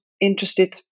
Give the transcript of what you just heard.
interested